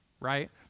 right